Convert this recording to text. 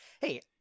Hey